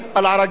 אל-עראקיב.